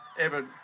Evan